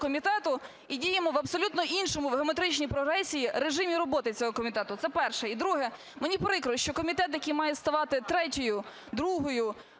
і діємо в абсолютно іншому, в геометричній прогресії, режимі роботи цього комітету. Це перше. І друге. Мені прикро, що комітет, який має ставати третьою, другою…